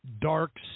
dark